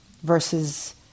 Versus